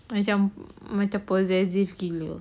macam macam possessive gila